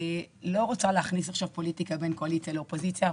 לא רוצה להכניס עכשיו פוליטיקה בין קואליציה לאופוזיציה,